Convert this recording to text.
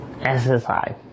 SSI